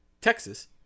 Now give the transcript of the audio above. Texas